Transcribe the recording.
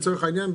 לצורך העניין,